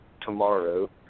tomorrow